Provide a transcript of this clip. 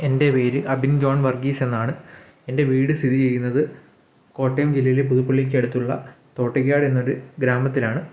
എൻ്റെ പേര് അബിൻ ജോൺ വർഗീസ് എന്നാണ് എൻ്റെ വീട് സ്ഥിതി ചെയ്യുന്നത് കോട്ടയം ജില്ലയിൽ പുതുപ്പള്ളിക്ക് അടുത്തുള്ള തോട്ടിക്കാട് എന്നൊരു ഗ്രാമത്തിലാണ്